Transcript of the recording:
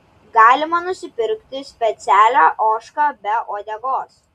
galima nusipirkti specialią ožką be uodegos